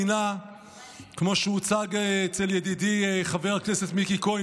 כמו שהוצג אצל ידידי חבר הכנסת מיקי לוי,